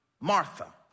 Martha